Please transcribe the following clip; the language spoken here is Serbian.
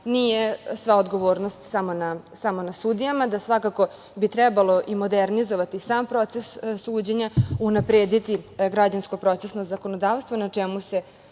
nije sve odgovornost samo na sudijama, da svakako bi trebalo i modernizovati sam proces suđenja, unaprediti građansko-procesno zakonodavstvo na čemu se